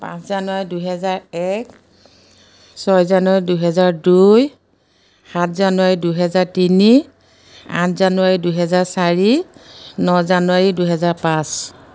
পাঁচ জানুৱাৰী দুহেজাৰ এক ছয় জানুৱাৰী দুহেজাৰ দুই সাত জানুৱাৰী দুহেজাৰ তিনি আঠ জানুৱাৰী দুহেজাৰ চাৰি ন জানুৱাৰী দুহেজাৰ পাঁচ